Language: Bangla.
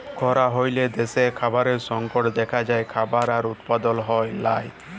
খরা হ্যলে দ্যাশে খাবারের সংকট দ্যাখা যায়, খাবার আর উৎপাদল হ্যয় লায়